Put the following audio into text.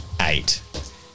Eight